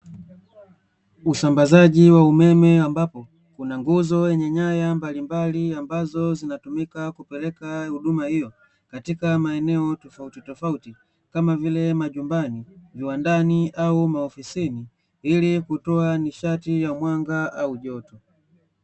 Usambazaji wa umeme ambapo kuna nguzo yenye nyaya mbalimbali ambazo zinatumika kupeleka huduma hiyo katika maeneo tofautitofauti, kama: majumbani, viwandani au maofisini; ili kutoa nishati ya mwanga au joto.